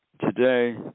today